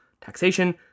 Taxation